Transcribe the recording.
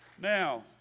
now